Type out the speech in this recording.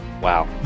wow